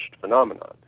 phenomenon